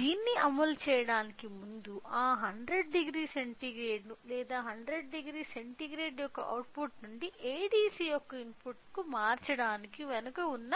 దీన్ని అమలు చేయడానికి ముందు ఆ 1000 సెంటీగ్రేడ్ను లేదా 1000 సెంటీగ్రేడ్ యొక్క అవుట్పుట్ నుండి ADC యొక్క ఇన్పుట్కు మార్చడానికి వెనుక ఉన్న